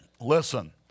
Listen